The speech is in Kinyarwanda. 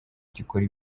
gikora